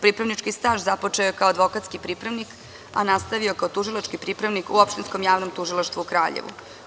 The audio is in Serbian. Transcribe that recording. Pripravnički staž započeo je kao advokatski pripravnik, a nastavio kao tužilački pripravnik u Opštinskom javnom tužilaštvu u Kraljevu.